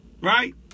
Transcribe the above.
Right